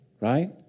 right